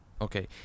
Okay